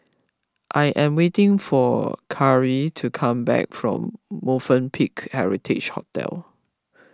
I am waiting for Karie to come back from Movenpick Heritage Hotel